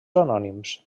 anònims